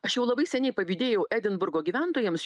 aš jau labai seniai pavydėjau edinburgo gyventojams